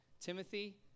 Timothy